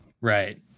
right